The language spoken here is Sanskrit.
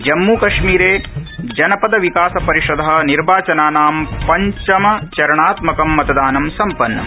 जम्मू कश्मीरे जनपद विकास परिषदः निर्वाचनानां पंचमचरणात्मकं मतदानं सम्पन्नम्